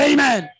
Amen